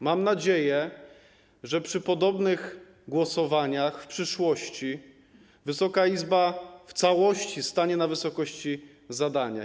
Mam nadzieję, że przy podobnych głosowaniach w przyszłości Wysoka Izba w całości stanie na wysokości zadania.